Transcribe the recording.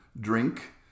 drink